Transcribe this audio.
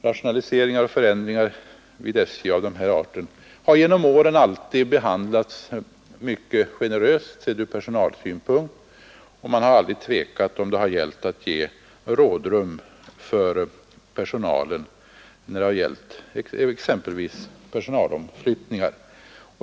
Rationaliseringar och förändringar vid SJ av den här arten har genom åren alltid behandlats mycket generöst, sett ur personalsynpunkt, och man har aldrig tvekat att ge rådrum för personalen exempelvis vid omflyttningar.